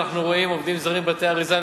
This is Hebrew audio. אנחנו רואים עובדים זרים בבתי-אריזה,